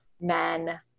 men